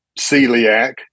celiac